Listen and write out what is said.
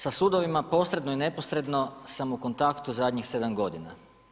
Sa sudovima posredno i neposredno sam u kontaktu zadnjih 7 godina.